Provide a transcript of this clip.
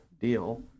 deal